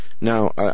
Now